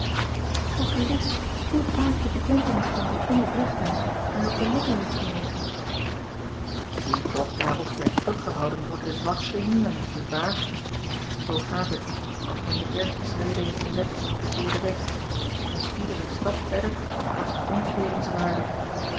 zoo gij wist hoe vaak de bekentenis van die onoprechtheid mij op de lippen heeft gelegen die toch daarop werd teruggehouden door de zwakste hindernis niet waar zoo gaat het als men de eerste schrede heeft gezet op een verkeerden weg met iederen stap verder wordt het omkeeren zwaarder